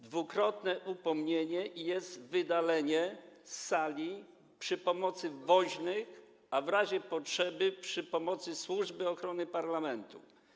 Dwukrotne upomnienie i jest wydalenie z sali przy pomocy woźnych, a w razie potrzeby przy pomocy służby ochrony Parlamentu.